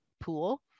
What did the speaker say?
pool